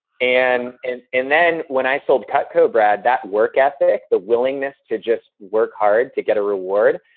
and and and then, when i sold cutco brad, that work ethic, the willingness to just work hard to get a reward,